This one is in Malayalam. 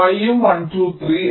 Y യും 1 2 3